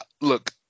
look